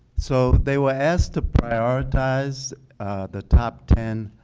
so they were asked to prioritize the top ten